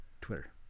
Twitter